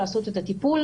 לעשות את הטיפול.